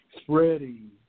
spreading